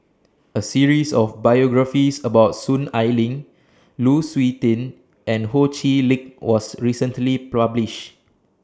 A series of biographies about Soon Ai Ling Lu Suitin and Ho Chee Lick was recently published